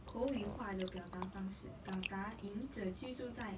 口语化的表达方式表达赢者居住在